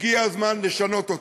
הגיע הזמן לשנות אותו.